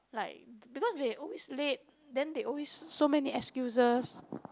like because they always late then they always so many excuses